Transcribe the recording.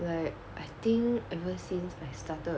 like I think ever since I started